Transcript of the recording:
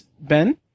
Ben